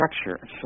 structure